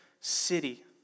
city